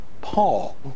Paul